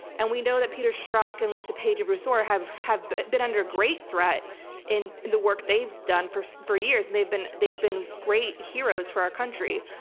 and we know that peter schrock and lisa paige and bruce orr have have been under great threat in the work they've done for for years, and they've been they've been great heroes for our country.